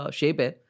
shape